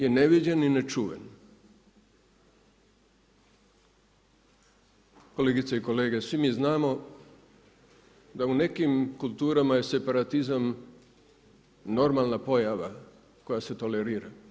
I neviđen i nečuven, kolegice i kolege, svi mi znamo da u nekim kulturama je separatizam normalna pojava koja se tolerira.